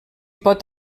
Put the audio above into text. pot